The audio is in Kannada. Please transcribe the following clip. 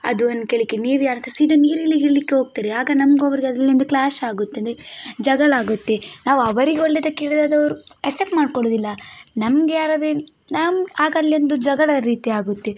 ಅದನ್ ಕೇಳಲಿಕ್ಕೆ ನೀವು ಯಾರು ಅಂತ ಸೀದಾ ನೀರಲ್ಲಿ ಇಳಿಲಿಕ್ಕೆ ಹೋಗ್ತಾರೆ ಆಗ ನಮಗೂ ಅವರಿಗೂ ಅಲ್ಲಿಂದ ಕ್ಲ್ಯಾಶ್ ಆಗುತ್ತದೆ ಜಗಳ ಆಗುತ್ತೆ ನಾವು ಅವರಿಗೆ ಒಳ್ಳೆಯದಕ್ಕೆ ಹೇಳಿದರೆ ಅದು ಅವರು ಎಸ್ಸೆಪ್ಟ್ ಮಾಡ್ಕೊಳ್ಳುದಿಲ್ಲ ನಮಗೆ ಯಾರಾದರೂ ಏನು ನಮ್ಮ ಆಗ ಅಲ್ಲಿ ಒಂದು ಜಗಳ ರೀತಿ ಆಗುತ್ತೆ